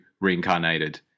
reincarnated